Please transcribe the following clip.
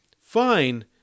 fine